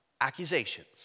accusations